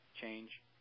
change